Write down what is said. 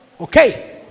okay